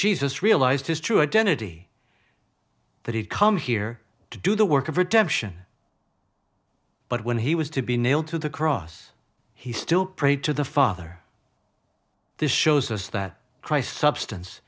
jesus realized his true identity that he'd come here to do the work of redemption but when he was to be nailed to the cross he still prayed to the father this shows us that christ substance